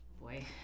Boy